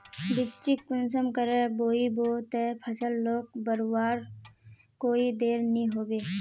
बिच्चिक कुंसम करे बोई बो ते फसल लोक बढ़वार कोई देर नी होबे?